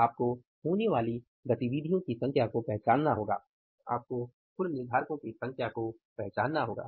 आपको होने वाली गतिविधियों की संख्या को पहचानना होगा आपको कुल निर्धारको की संख्या को पहचानना होगा